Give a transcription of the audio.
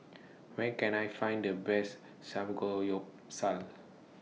Where Can I Find The Best Samgeyopsal